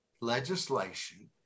legislation